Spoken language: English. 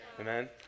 Amen